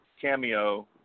cameo